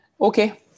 okay